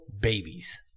babies